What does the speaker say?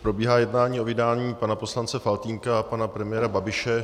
Probíhá jednání o vydání pana poslance Faltýnka a pana premiéra Babiše.